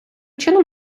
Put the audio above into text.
чином